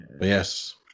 Yes